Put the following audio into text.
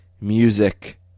music